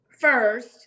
first